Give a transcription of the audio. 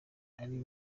ari